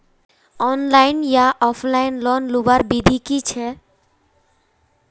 Online या offline loan लुबार विधि की छे?